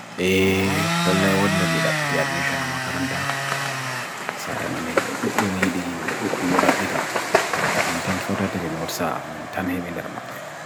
Eee, telewodne bida bida bidi admission ama karanta. Saay mani himbe, tutlumidi himbe, tutlumdu da bida. Mintan fototere mo tsaa, mintan hebinda ramakbe.